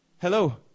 Hello